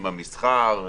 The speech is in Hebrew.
מסחר,